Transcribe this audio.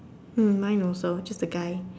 mm mine also just the guy